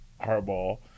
hardball